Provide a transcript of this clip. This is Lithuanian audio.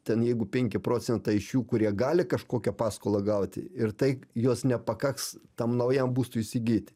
ten jeigu penki procentai iš jų kurie gali kažkokią paskolą gauti ir tai jos nepakaks tam naujam būstui įsigyti